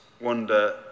wonder